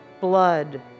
blood